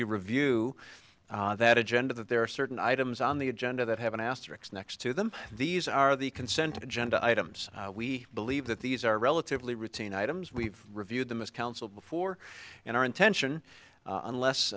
you review that agenda that there are certain items on the agenda that have an asterix next to them these are the consent agenda items we believe that these are relatively routine items we reviewed them as council before in our intention unless